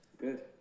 Good